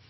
i